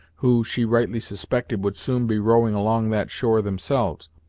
who, she rightly suspected, would soon be rowing along that shore themselves,